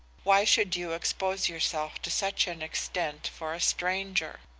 why should you expose yourself to such an extent for a stranger